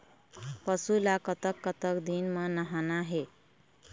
पशु ला कतक कतक दिन म नहाना हे?